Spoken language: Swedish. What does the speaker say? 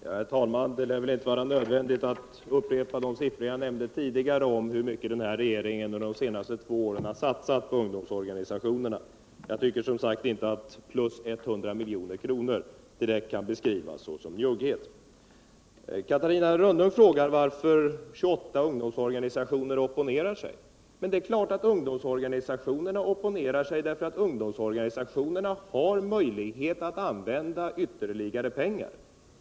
Herr talman! Det lär inte vara nödvändigt att upprepa de siftror jag nämnde tidigare som visar hur mycket den här regeringen under de senaste två ären har satsat på ungdomsorganisationerna. Jag tycker, som sagt, att plus 100 milj.kr. inte kan beskrivas som njugghet. Catarina Rönnung frågar varför 28 ungdomsorganisationer opponerar sig. Det är klart att ungdomsorganisationerna opponerar sig därför att de har möjlighet att använda ytterligare pengar.